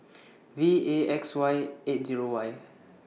V A X eight Zero Y